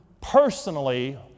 personally